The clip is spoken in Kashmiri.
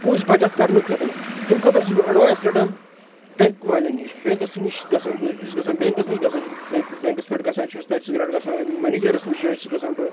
پونٛسہٕ بَچَتھ کرنہٕ خٲطرتَمۍ خٲطر چھُس بہٕ اٮ۪ڈوایِس رٹان بٮ۪نک والٮ۪ن نِش بٮ۪نکَس نِش گژھان بہٕ بہٕ چھُس گژھان بٮ۪نکَس نِش گژھان چھُس بہٕ بٮ۪نٛک بٮ۪نٛکَس پٮ۪ٹھ گژھان چھُس تَتہِ چھُس گژھان مَنیجَرس نِش یا چھُس گژھان بہٕ